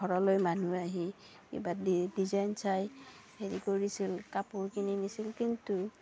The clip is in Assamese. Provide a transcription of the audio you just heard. ঘৰলৈ মানুহ আহি কিবা ডি ডিজাইন চাই হেৰি কৰিছিল কাপোৰ কিনিছিল কিন্তু